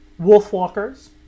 Wolfwalkers